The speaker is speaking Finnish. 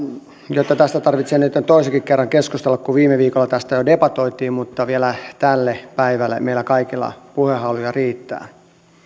että tästä tarvitsee nytten toisenkin kerran keskustella kun viime viikolla tästä jo debatoitiin miksi vielä tälle päivälle meillä kaikilla puhehaluja riittää